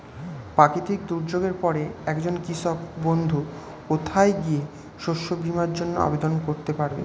প্রাকৃতিক দুর্যোগের পরে একজন কৃষক বন্ধু কোথায় গিয়ে শস্য বীমার জন্য আবেদন করবে?